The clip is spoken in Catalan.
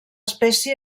espècie